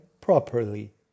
properly